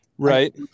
Right